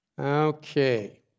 Okay